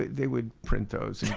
they would print those.